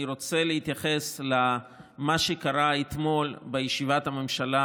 אני רוצה להתייחס למה שקרה אתמול בישיבת הממשלה